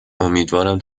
امیدوارم